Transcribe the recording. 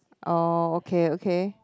oh okay okay